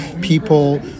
people